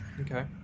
Okay